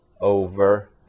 over